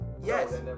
Yes